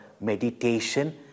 meditation